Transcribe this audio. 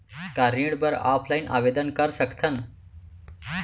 का ऋण बर ऑफलाइन आवेदन कर सकथन?